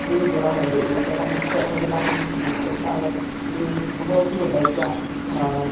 ਇਹ ਜਿਹੜਾ ਹੈ ਇਹ ਇਹ ਸਾਡਾ ਮੁਕਤਸਰ ਹੈ ਜਿਹੜਾ ਇਸ ਮੁਕਤਸਰ ਸਾਹਿਬ ਹੈ ਇਹ ਇੱਕ ਬਹੁਤ ਹੀ ਵੱਡਾ ਇਤਿਹਾਸਿਕ ਸਥਾਨ ਹੈ